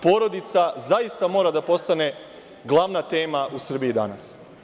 Porodica zaista mora da postane glavna tema u Srbiji danas.